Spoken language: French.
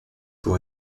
pour